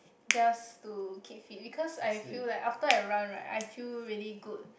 just to keep fit because I feel like after I run right I feel really good